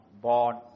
born